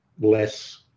less